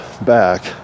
back